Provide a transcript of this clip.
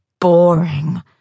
Boring